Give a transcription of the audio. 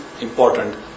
important